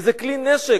וזה כלי נשק,